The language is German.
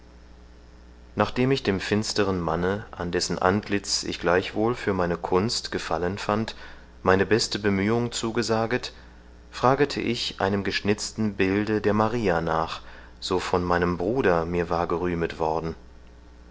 nachdem ich dem finsteren manne an dessen antlitz ich gleichwohl für meine kunst gefallen fand meine beste bemühung zugesaget fragete ich einem geschnitzten bilde der maria nach so von meinem bruder mir war gerühmet worden